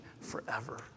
forever